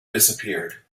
disappeared